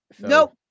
Nope